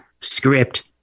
script